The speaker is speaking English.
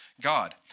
God